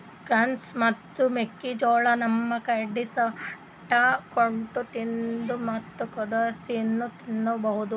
corn ಅಥವಾ ಮೆಕ್ಕಿಜೋಳಾ ನಮ್ ಕಡಿ ಸುಟ್ಟಕೊಂಡ್ ತಿಂತಾರ್ ಮತ್ತ್ ಕುದಸಿನೂ ತಿನ್ಬಹುದ್